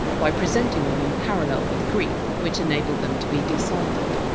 by presenting them in parallel with greek which enabled them to be deciphered.